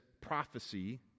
prophecy